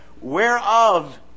Whereof